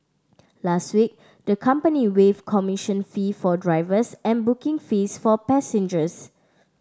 last week the company waived commission fee for drivers and booking fees for passengers